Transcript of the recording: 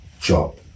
job